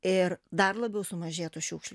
ir dar labiau sumažėtų šiukšlių